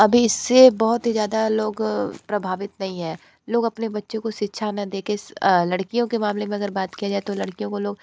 अभी इससे बहुत ही ज़्यादा लोग प्रभावित नहीं है लोग अपने बच्चों शिक्षा ना दे के लड़कियों के मामले में अगर बात किया जाए तो लड़कियों को लोग